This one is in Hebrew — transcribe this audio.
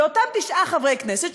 לאותם תשעה חברי כנסת,